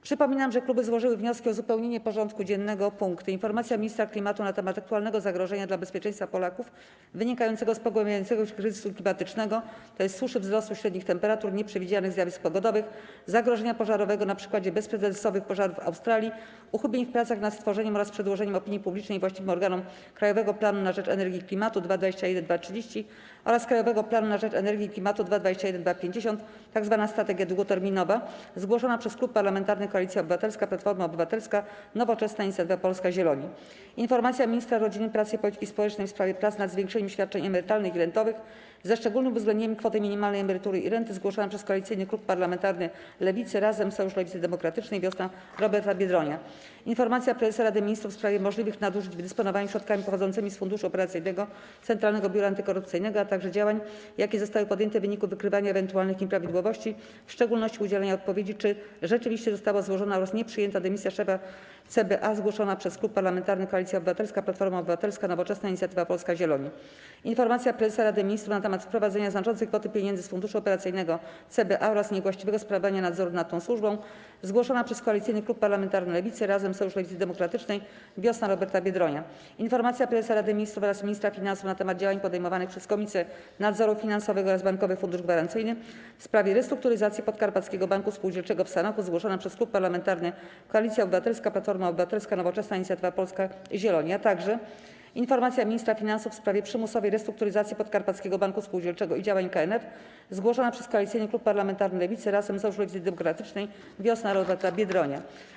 Przypominam, że kluby złożyły wnioski o uzupełnienie porządku dziennego o punkty: - Informacja Ministra Klimatu na temat: - aktualnego zagrożenia dla bezpieczeństwa Polaków wynikającego z pogłębiającego się kryzysu klimatycznego, tj. suszy, wzrostu średnich temperatur, nieprzewidzianych zjawisk pogodowych, zagrożenia pożarowego - na przykładzie bezprecedensowych pożarów w Australii, - uchybień w pracach nad stworzeniem oraz przedłożeniem opinii publicznej i właściwym organom Krajowego Planu na Rzecz Energii i Klimatu 2021–2030 oraz Krajowego Planu na Rzecz Energii i Klimatu 2021–2050 (tzw. strategia długoterminowa) - zgłoszona przez Klub Parlamentarny Koalicja Obywatelska - Platforma Obywatelska, Nowoczesna, Inicjatywa Polska, Zieloni; - Informacja Ministra Rodziny, Pracy i Polityki Społecznej w sprawie prac nad zwiększeniem świadczeń emerytalnych i rentowych, ze szczególnym uwzględnieniem kwoty minimalnej emerytury i renty - zgłoszona przez Koalicyjny Klub Parlamentarny Lewicy (Razem, Sojusz Lewicy Demokratycznej, Wiosna Roberta Biedronia); - Informacja Prezesa Rady Ministrów w sprawie możliwych nadużyć w dysponowaniu środkami pochodzącymi z funduszu operacyjnego Centralnego Biura Antykorupcyjnego, a także działań, jakie zostały podjęte w wyniku wykrycia ewentualnych nieprawidłowości, w szczególności udzielenia odpowiedzi, czy rzeczywiście została złożona oraz nieprzyjęta dymisja szefa Centralnego Biura Antykorupcyjnego - zgłoszona przez Klub Parlamentarny Koalicja Obywatelska - Platforma Obywatelska, Nowoczesna, Inicjatywa Polska, Zieloni; - Informacja Prezesa Rady Ministrów na temat wyprowadzenia znaczącej kwoty pieniędzy z funduszu operacyjnego Centralnego Biura Antykorupcyjnego oraz niewłaściwego sprawowania nadzoru nad tą służbą - zgłoszona przez Koalicyjny Klub Parlamentarny Lewicy (Razem, Sojusz Lewicy Demokratycznej, Wiosna Roberta Biedronia); - Informacja Prezesa Rady Ministrów oraz Ministra Finansów na temat działań podejmowanych przez Komisję Nadzoru Finansowego oraz Bankowy Fundusz Gwarancyjny w sprawie restrukturyzacji Podkarpackiego Banku Spółdzielczego w Sanoku - zgłoszona przez Klub Parlamentarny Koalicja Obywatelska - Platforma Obywatelska, Nowoczesna, Inicjatywa Polska, Zieloni; - Informacja Ministra Finansów w sprawie przymusowej restrukturyzacji Podkarpackiego Banku Spółdzielczego i działań KNF - zgłoszona przez Koalicyjny Klub Parlamentarny Lewicy (Razem, Sojusz Lewicy Demokratycznej, Wiosna Roberta Biedronia)